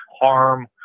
harm